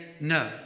no